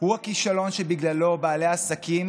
הוא הכישלון שבגללו בעלי העסקים,